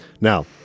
now